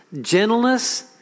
gentleness